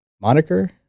moniker